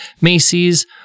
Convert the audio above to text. Macy's